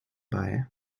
bei